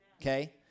okay